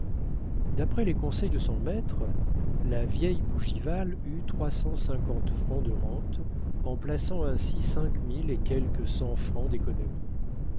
d'après les conseils de son maître la vieille bougival eut trois cent cinquante francs de rente en plaçant ainsi cinq mille et quelques cents francs d'économies